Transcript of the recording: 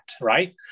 right